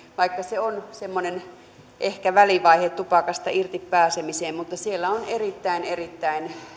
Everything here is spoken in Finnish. vaikka se on semmoinen ehkä välivaihe tupakasta irtipääsemiseen on erittäin erittäin